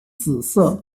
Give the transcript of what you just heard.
紫色